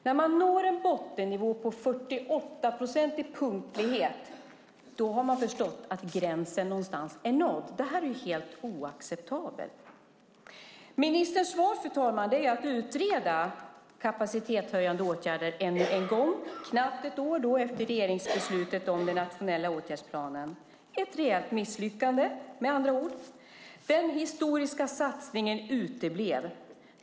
När en bottennivå nås på 48-procentig punktlighet är gränsen nådd. Det är helt oacceptabelt. Ministerns svar, fru talman, är att utreda kapacitetshöjande åtgärder än en gång - knappt ett år efter regeringsbeslutet om den nationella åtgärdsplanen. Ett rejält misslyckande - med andra ord. Den historiska satsningen uteblev.